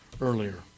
earlier